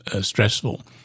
stressful